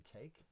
take